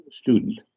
student